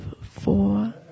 four